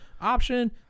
option